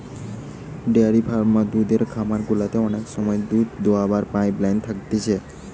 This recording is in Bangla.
ডেয়ারি ফার্ম বা দুধের খামার গুলাতে অনেক সময় দুধ দোহাবার পাইপ লাইন থাকতিছে